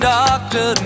doctor